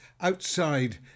outside